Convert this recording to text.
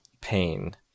pain